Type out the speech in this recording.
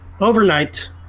Overnight